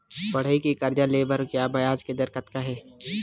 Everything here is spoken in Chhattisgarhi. पढ़ई के कर्जा ले बर ब्याज दर कतका हे?